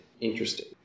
interesting